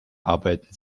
arbeiten